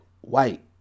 white